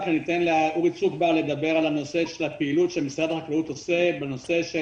אבל אתן לאורי צוק בר לדבר על הפעילות שמשרד החקלאות עושה בנושא של